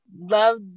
love